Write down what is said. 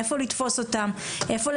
איפה לתפוס אותם,